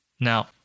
Now